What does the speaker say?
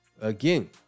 Again